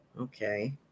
Okay